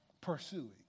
Pursuing